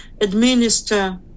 administer